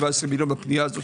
ה-17 מיליון בפנייה הזאת,